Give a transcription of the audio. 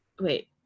wait